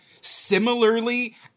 similarly